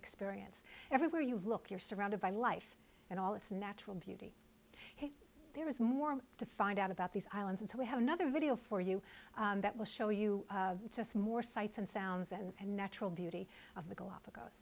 experience everywhere you look you're surrounded by life and all its natural beauty there is more to find out about these islands and so we have another video for you that will show you just more sights and sounds and natural beauty of the galapagos